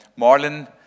Marlon